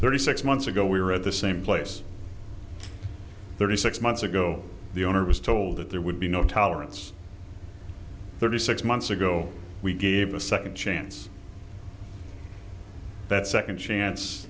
thirty six months ago we were at the same place thirty six months ago the owner was told that there would be no tolerance thirty six months ago we gave a second chance that second chance